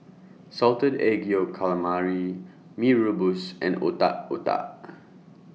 Salted Egg Yolk Calamari Mee Rebus and Otak Otak